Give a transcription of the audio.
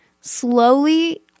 Slowly